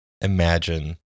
imagine